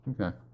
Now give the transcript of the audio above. Okay